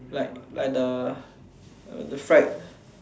like like the the fried